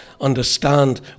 understand